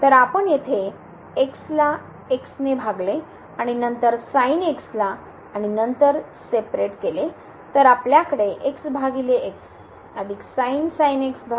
तर आपण येथे x ला x ने भागले आणि नंतर sin x ला आणि नंतर विभक्त करू